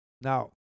Now